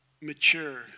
mature